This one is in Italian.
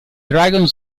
dragon